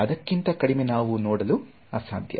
ಅದಕ್ಕಿಂತ ಕಡಿಮೆ ನಾವು ನೋಡಲು ಅಸಾಧ್ಯ